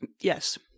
yes